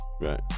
Right